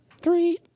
three